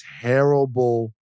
terrible